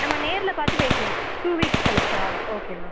நம்ம நேரில் பார்த்து பேசுவோம் டூ வீக்ஸ் கழிச்சால் ஓகே மேம்